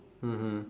mmhmm